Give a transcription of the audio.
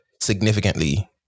significantly